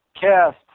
cast